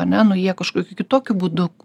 ane nu jie kažkokiu kitokiu būdu